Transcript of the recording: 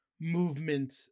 movement